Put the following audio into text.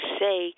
say